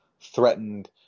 threatened